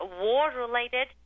war-related